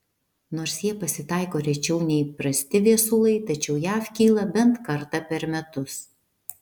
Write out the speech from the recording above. nors jie pasitaiko rečiau nei įprasti viesulai tačiau jav kyla bent kartą per metus